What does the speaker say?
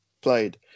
played